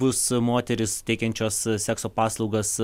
bus moterys teikiančios sekso paslaugas